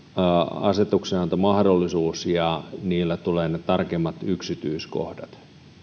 asetuksenantomahdollisuus ja niillä tulee ne tarkemmat yksityiskohdat